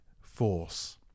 force